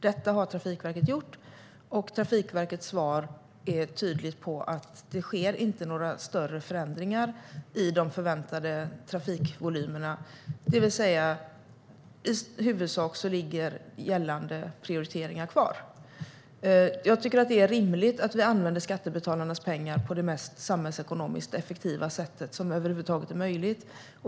Detta har Trafikverket gjort, och Trafikverkets svar är tydligt med att det inte sker några större förändringar i de förväntade trafikvolymerna, det vill säga: I huvudsak ligger gällande prioriteringar kvar. Jag tycker att det är rimligt att vi använder skattebetalarnas pengar på det mest samhällsekonomiskt effektiva sättet, så effektivt som det över huvud taget är möjligt.